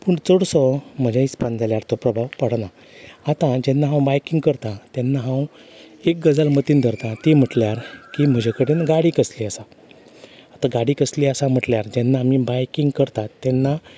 पूण चडसो म्हज्या हिसपान जाल्यार तो प्रभाव पडना आतां जेन्ना हांव बायकींग करता तेन्ना हांव एक गजाल मतीन धरतां ती म्हटल्यार की म्हजे कडेन गाडी कसली आसा आतां गाडी कसली आसा म्हटल्यार आतां जेन्ना आमी बायकींग करतात तेन्ना